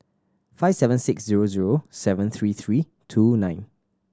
five seven six zero zero seven three three two nine